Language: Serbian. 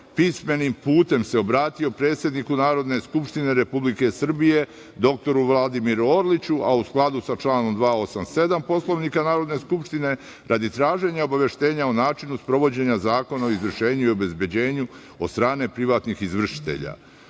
pismenim putem sam se obratio predsedniku Narodne skupštine Republike Srbije dr Vladimiru Orliću, a u skladu sa članom 287. Poslovnika Narodne skupštine, radi traženja obaveštenja o načinu sprovođenja Zakona o izvršenju i obezbeđenju od strane privatnih izvršitelja,